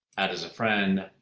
add as a friend.